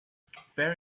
fair